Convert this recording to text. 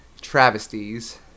travesties